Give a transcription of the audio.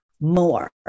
more